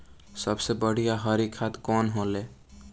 सबसे बढ़िया हरी खाद कवन होले?